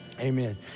amen